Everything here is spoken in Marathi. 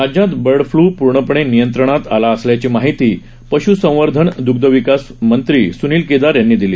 राज्यात बर्ड फ्लू पूर्णपणे नियंत्रणात आला असल्याची माहिती पश्संवर्धन द्ग्ध व्यवसाय विकास मंत्री सुनिल केदार यांनी काल दिली